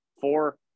Four